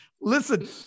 Listen